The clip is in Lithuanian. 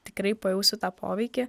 tikrai pajausiu tą poveikį